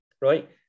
right